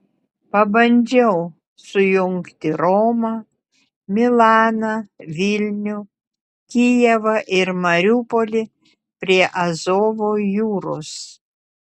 pabandžiau sujungti romą milaną vilnių kijevą ir mariupolį prie azovo jūros